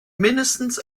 mindestens